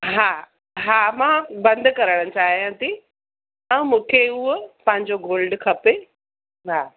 हा हा मां बंदि करणु चाहियां थी तव्हां मूंखे उहो पंहिंजो गोल्ड खपे हा